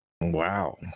Wow